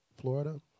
Florida